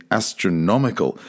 astronomical –